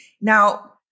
now